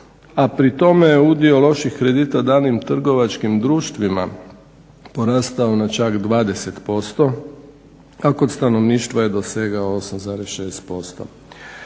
a pri tome udio loših kredita danim trgovačkim društvima porastao na čak 20%, a kod stanovništva je dosegao 8,6%.